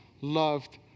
loved